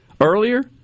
earlier